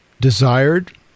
desired